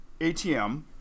ATM